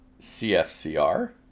CFCR